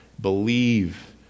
believe